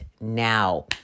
now